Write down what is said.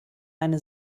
eine